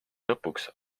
lõpuks